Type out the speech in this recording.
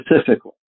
specifically